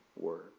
Word